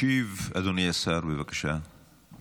ישיב אדוני השר קיש,